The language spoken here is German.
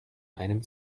einem